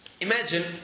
imagine